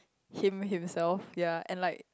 him himself yea and like